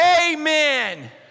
Amen